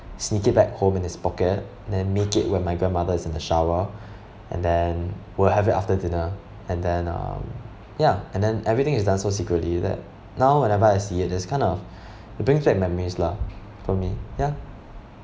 sneak it back home in his pocket then make it when my grandmother is in the shower and then we'll have it after dinner and then um ya and then everything is done so secretly that now whenever I see it it's kind of it brings back memories lah for me ya